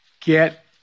Get